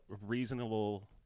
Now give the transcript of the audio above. reasonable